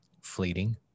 fleeting